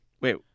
Wait